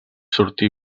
sortí